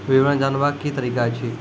विवरण जानवाक की तरीका अछि?